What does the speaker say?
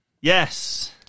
Yes